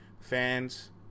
fans